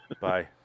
Bye